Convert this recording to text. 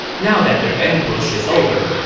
now that their ambush is over,